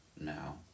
now